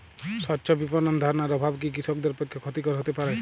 স্বচ্ছ বিপণন ধারণার অভাব কি কৃষকদের পক্ষে ক্ষতিকর হতে পারে?